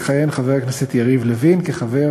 יכהן חבר הכנסת יריב לוין כחבר